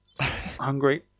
hungry